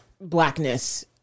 blackness